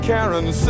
Karen